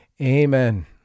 Amen